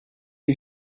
you